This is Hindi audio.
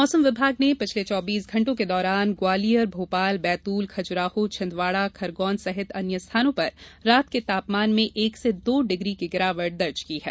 मौसम विभाग ने पिछले चौबीस घंटों के दौरान ग्वालियर भोपाल बैतूल खजुराहोछिंदवाडा खरगोन सहित अन्य स्थानों पर रात के तापमान में एक से दो डिग्री की गिरावट दर्ज की गयी है